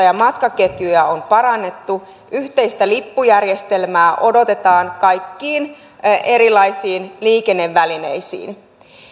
ja matkaketjuja on parannettu ja yhteistä lippujärjestelmää odotetaan kaikkiin erilaisiin liikennevälineisiin